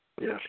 Yes